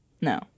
No